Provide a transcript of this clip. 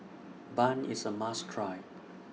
Bun IS A must Try